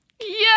Yes